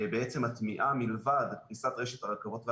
בעצם מטמיעה מלבד כניסת רשת הרכבות והדרכים,